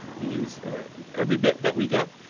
we use every bit that we get.